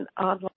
online